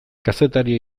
kazetaria